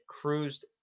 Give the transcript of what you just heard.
cruised